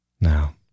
Now